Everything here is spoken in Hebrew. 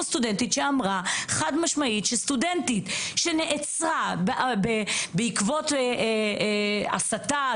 סטודנטית שאמרה חד-משמעית שסטודנטית אחרת שנעצרה בעקבות הסתה,